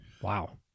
Wow